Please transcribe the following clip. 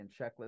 checklists